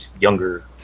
younger